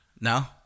No